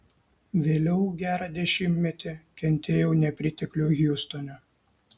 vėliau gerą dešimtmetį kentėjau nepriteklių hjustone